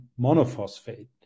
monophosphate